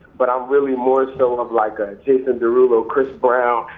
but i'm really more so of like a jason derulo, chris brown.